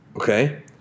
Okay